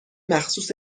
مخصوص